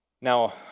Now